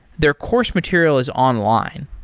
their course material is online.